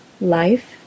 life